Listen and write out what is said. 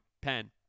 pen